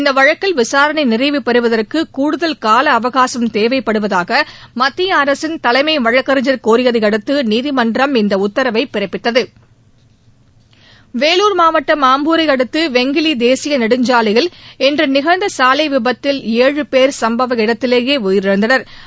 இந்த வழக்கில் விசாரணை நிறைவு பெறுவதற்கு கூடுதல் கால அவகாசம் தேவைப்படுவதாக மத்திய அரசின் தலைமை வழக்கறிஞர் கோரியதை அடுத்து நீதிமன்றம் இந்த உத்தரவை பிறப்பித்தது வேலூர் மாவட்டம் ஆம்பூரை அடுத்து வெங்கிலி தேசிய நெடுஞ்சாலையில் இன்று நிகழ்ந்த சாலை விபத்தில் ஏழு போ் சம்பவ இடத்திலேயே உயிரிழந்தனா்